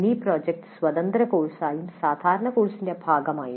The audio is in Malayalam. മിനി പ്രോജക്റ്റ് സ്വതന്ത്ര കോഴ്സുകളായും സാധാരണ കോഴ്സിന്റെ ഭാഗമായും